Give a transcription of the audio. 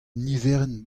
niverenn